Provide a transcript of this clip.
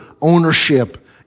ownership